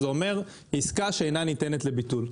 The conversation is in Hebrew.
זה אומר עסקה שאינה ניתנת לביטול.